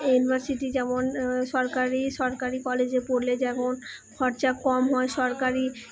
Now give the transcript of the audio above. university যেমন সরকারি সরকারি কলেজে পড়লে যেমন খরচা কম হয় সরকারি